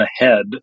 ahead